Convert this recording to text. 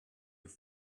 your